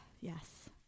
Yes